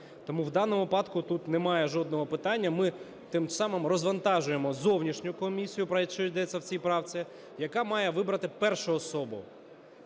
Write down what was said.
Тому в даному випадку тут немає жодного питання. Ми тим самим розвантажуємо зовнішню комісію, про що